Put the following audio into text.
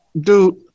dude